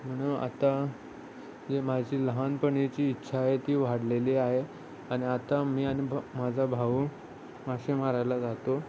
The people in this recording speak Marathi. म्हणून आता जे माझी लहानपणीची इच्छा आहे ती वाढलेली आहे आणि आता मी आणि माझा भाऊ मासे मारायला जातो